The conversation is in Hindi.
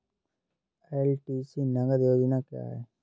एल.टी.सी नगद योजना क्या है?